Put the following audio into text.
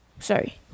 Sorry